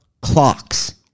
clocks